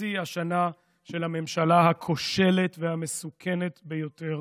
בחצי השנה של הממשלה הכושלת והמסוכנת ביותר